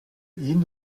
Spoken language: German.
ihn